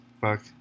fuck